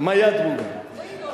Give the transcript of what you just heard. (אומרת דברים בשפה הרוסית.)